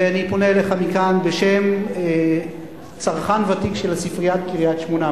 ואני פונה אליך מכאן בשם צרכן ותיק של ספריית קריית-שמונה,